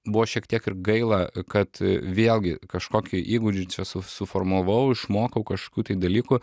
buvo šiek tiek ir gaila kad vėlgi kažkokių įgūdžių čia suformavau išmokau kažkokių tai dalykų